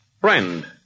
friend